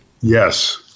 Yes